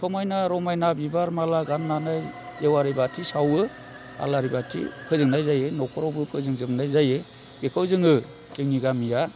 समायना रमायना बिबारमाला गाननानै जेवारि बाथि सावो आलारि बाथि फोजोंनाय जायो न'खरावबो फोजों जोबनाय जायो बेखौ जोङो जोंनि गामिया